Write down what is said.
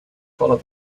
follow